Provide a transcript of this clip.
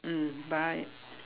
mm bye